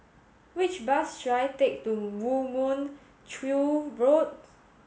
which bus should I take to Moo Mon Chew Roads